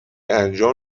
انجام